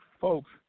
Folks